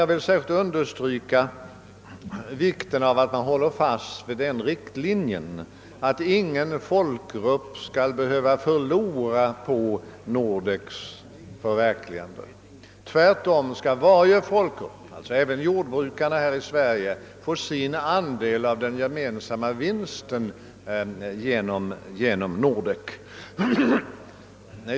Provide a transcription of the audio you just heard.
Jag vill särskilt understryka vikten av att man håller fast vid riktlinjen att ingen folkgrupp skall behöva förlora på Nordeks förverkligande. Tvärtom skall varje folkgrupp — således även jordbrukarna här i Sverige — få sin andel av den gemensamma vinsten av Nordek.